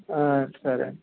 హా సరే అండి